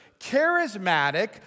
Charismatic